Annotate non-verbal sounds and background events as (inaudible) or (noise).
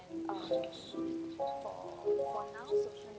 (noise)